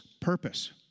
purpose